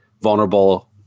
vulnerable